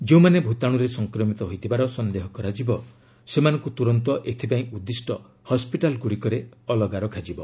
ଯେଉଁମାନେ ଭୂତାଣୁରେ ସଂକ୍ରମିତ ହୋଇଥିବାର ସନ୍ଦେହ କରାଯିବ ସେମାନଙ୍କୁ ତୁରନ୍ତ ଏଥିପାଇଁ ଉଦ୍ଦିଷ୍ଟ ହସ୍କିଟାଲ୍ଗୁଡ଼ିକରେ ଅଲଗା ରଖାଯିବ